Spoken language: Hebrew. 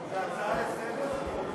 ויועבר לוועדת הפנים והגנת הסביבה של הכנסת.